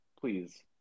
please